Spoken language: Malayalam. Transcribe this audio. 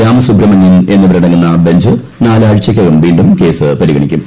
രാമസുബ്രഹ്മണ്യൻ എന്നിവരടങ്ങുന്ന ബഞ്ച് നാലാഴ്ച്ചക്കക്ം വീണ്ടും കേസ് പരിഗണിക്കും